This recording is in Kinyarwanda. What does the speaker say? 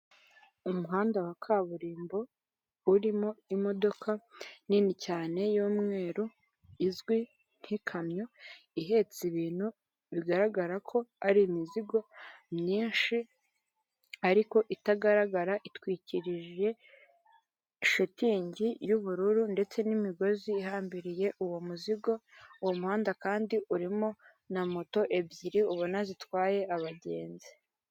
Umuhanda wa kaburimbo urimo imodoka nini cyane y'umweru izwi nk'ikamyo, ihetse ibintu bigaragara ko ari imizigo myinshi ariko itagaragara, itwikirije shitingi y'ubururu ndetse n'imigozi ihambiriye uwo muzingo, uwo muhanda kandi urimo na moto ebyiri ubona zitwaye abagenzi.